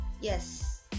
Yes